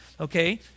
Okay